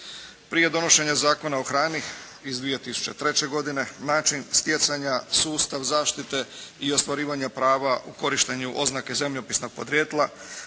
Prije donošenja Zakona o hrani iz 2003. godine način stjecanja, sustav zaštite i ostvarivanja prava u korištenju oznake zemljopisnog podrijetla